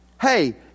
Hey